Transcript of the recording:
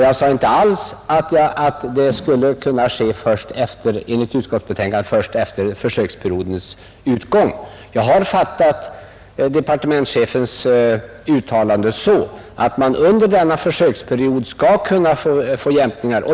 Jag sade inte att det enligt utskottsbetänkandet skulle kunna ske först efter försöksperiodens utgång. Jag har fattat departementschefens uttalande så att man under denna försöksperiod skall kunna få till stånd jämkningar.